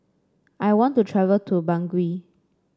I want to travel to Bangui